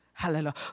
Hallelujah